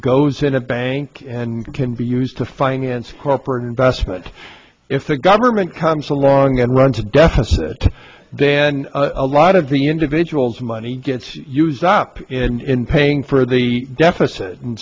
goes in a bank and can be used to finance corporate investment if the government comes along and runs a deficit then a lot of the individuals money gets used up in paying for the deficit and